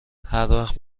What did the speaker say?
هروقت